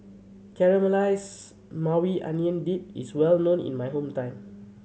Caramelized Maui Onion Dip is well known in my hometown